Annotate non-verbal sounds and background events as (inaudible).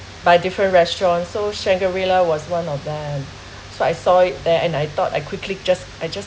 by different restaurants so Shangri La was one of them (breath) so I saw it there and I thought I quickly just I just